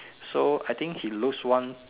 so I think he lose one